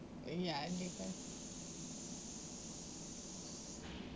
ya and different